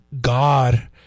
God